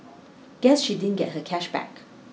guess she didn't get her cash back